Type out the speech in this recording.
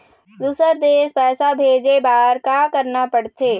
दुसर देश पैसा भेजे बार का करना पड़ते?